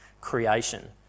creation